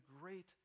great